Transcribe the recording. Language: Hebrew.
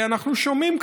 אנחנו שומעים,